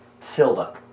Silva